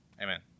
Amen